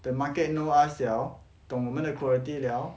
the market know us liao 懂我们的 quality liao